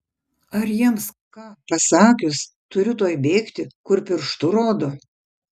ar jiems ką pasakius turi tuoj bėgti kur pirštu rodo